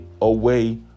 away